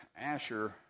Asher